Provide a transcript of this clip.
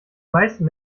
meisten